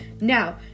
Now